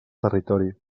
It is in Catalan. territori